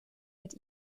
mit